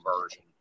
version